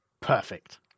Perfect